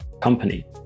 company